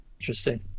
interesting